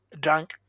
drunk